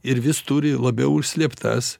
ir vis turi labiau užslėptas